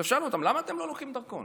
עכשיו, שאלנו אותם: למה אתם לא לוקחים דרכון?